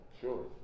Sure